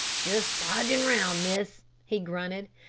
just dodging round, miss, he grunted.